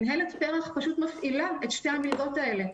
מנהלת פר"ח פשוט מפעילה את שתי המלגות האלו,